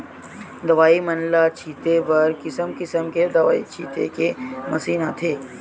दवई मन ल छिते बर किसम किसम के दवई छिते के मसीन आथे